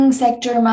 sector